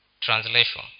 Translation